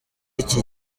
iki